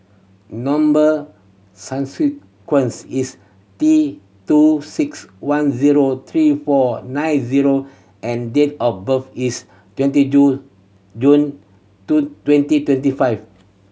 number is T two six one zero three four nine zero and date of birth is twenty two June two twenty twenty five